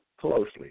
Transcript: closely